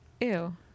Ew